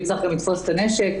אם צריך, גם לתפוס את הנשק.